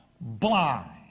blind